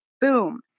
boom